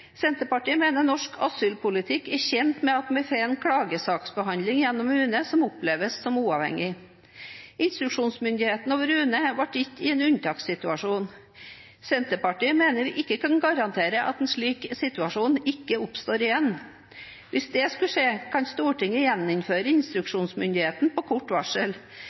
Senterpartiet mener norsk asylpolitikk er tjent med at vi får en klagesaksbehandling gjennom UNE som oppleves som uavhengig. Instruksjonsmyndigheten over UNE ble gitt i en unntakssituasjon. Senterpartiet mener vi ikke kan garantere at en slik situasjon ikke oppstår igjen. Hvis det skulle skje, kan Stortinget gjeninnføre instruksjonsmyndigheten på kort varsel,